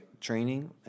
training